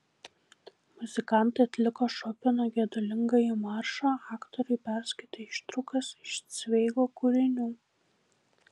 muzikantai atliko šopeno gedulingąjį maršą aktoriai perskaitė ištraukas iš cveigo kūrinių